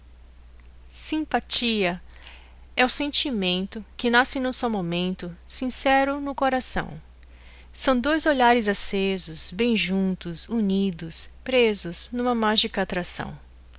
simpatia é o sentimento que nasce num só momento sincero no coração são dois olhares acesos bem juntos unidos presos numa mágica atração